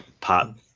pop